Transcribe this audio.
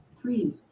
Three